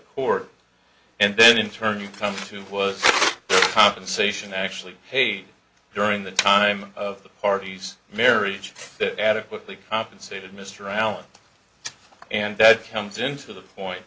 court and then in turn you come to was compensation actually paid during the time of the party's marriage to adequately compensated mr allen and that comes in to the point